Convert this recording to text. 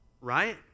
Right